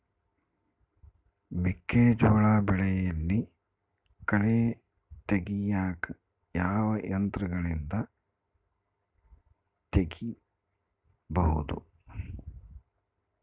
ಮೆಕ್ಕೆಜೋಳ ಬೆಳೆಯಲ್ಲಿ ಕಳೆ ತೆಗಿಯಾಕ ಯಾವ ಯಂತ್ರಗಳಿಂದ ತೆಗಿಬಹುದು?